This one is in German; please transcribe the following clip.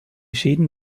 schäden